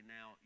Now